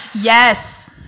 Yes